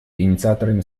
инициаторами